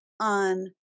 on